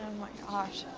my gosh.